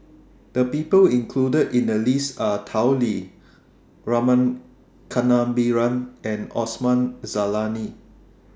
The People included in The list Are Tao Li Rama Kannabiran and Osman Zailani